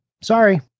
Sorry